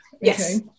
Yes